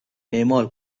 اعمال